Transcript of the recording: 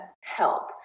help